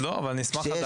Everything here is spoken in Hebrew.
לא, אבל אני אשמח לדעת.